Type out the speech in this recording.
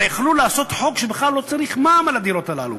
הרי יכלו לעשות חוק שבכלל לא צריך מע"מ על הדירות הללו.